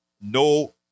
no